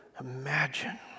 imagine